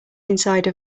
inside